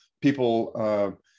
people